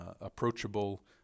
approachable